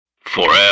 Forever